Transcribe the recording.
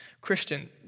Christian